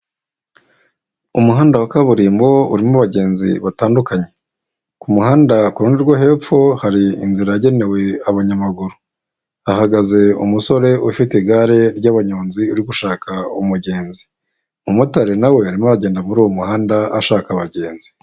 Umuhanda wa kaburimbo urimo abagenzi batandukanye, ku muhanda ku ruhande rwo hepfo hari inzira yagenewe abanyamaguru, hahagaze umusore ufite igare ry'abanyonzi uri gushaka umugenzi, umumotari nawe arimo aragenda muri uwo muhanda ashaka abagenzi.